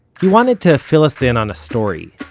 he wanted to fill us in on a story,